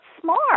smart